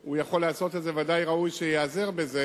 שהוא יכול לעשות את זה ודאי ראוי שייעזר בזה.